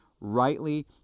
rightly